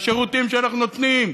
על שירותים שאנחנו נותנים: